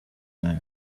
now